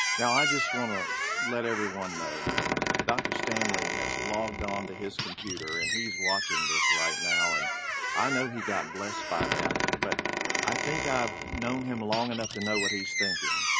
now i just wanna let everyone know dr. stanley has logged on to his computer and he's watching this right now. and i know he got blessed by that, but i think i've known him long enough to know what he's thinking.